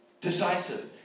decisive